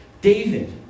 David